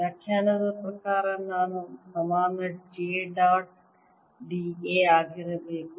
ವ್ಯಾಖ್ಯಾನದ ಪ್ರಕಾರ ನಾನು ಸಮಾನ j ಡಾಟ್ d a ಆಗಿರಬೇಕು